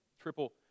Triple